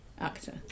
actor